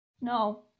no